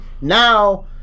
now